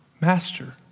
master